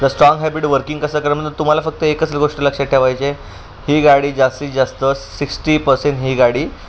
तर strong habit working कसं करायचं म्हणजे म्हणजे तुम्हाला फक्त एकच गोष्टी लक्ष ठेवायची आहे ही गाडी जास्तीत जास्त सिक्स्टी पर्सेंट ही गाडी